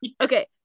okay